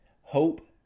hope